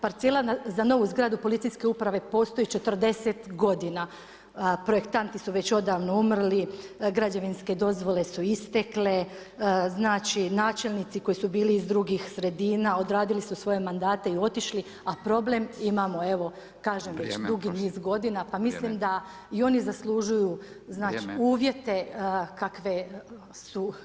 Parcela za novu zgradu policijske uprave postoji 40 godina, projektanti su već odavno umrli, građevinske dozvole su istekle, znači načelnici koji su bili iz drugih sredina odradili su svoje mandate i otišli, a problem imamo, evo kažem već dugi niz godina [[Upadica Radin: Vrijeme.]] pa mislim da i oni zaslužuju uvjete kakvi su, hvala evo.